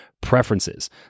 preferences